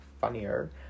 funnier